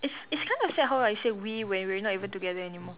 it's it's kind of sad how I said we when we are not even together anymore